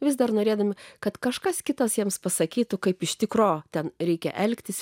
vis dar norėdami kad kažkas kitas jiems pasakytų kaip iš tikro ten reikia elgtis